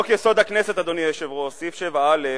חוק-יסוד: הכנסת, אדוני היושב-ראש, בסעיף 7א,